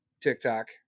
TikTok